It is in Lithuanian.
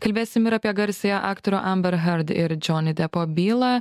kalbėsim ir apie garsiąją aktorių amber hard ir džioni depo bylą